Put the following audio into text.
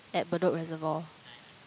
at Bedok Reservoir